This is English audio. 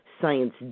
Science